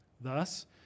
Thus